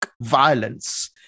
violence